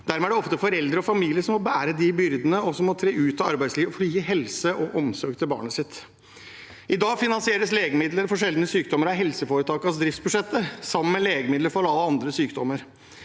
Dermed er det ofte foreldre og familie som må bære byrdene, og som må tre ut av arbeidslivet for å gi helse og omsorg til barnet sitt. I dag finansieres legemidler for sjeldne sykdommer av helseforetakenes driftsbudsjett, sammen med legemidler for alle andre sykdommer.